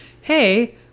hey